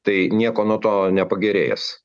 tai nieko nuo to nepagerės